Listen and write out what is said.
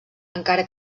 encara